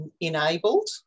enabled